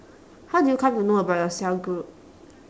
how do you come to know about your cell group